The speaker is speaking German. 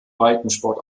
breitensport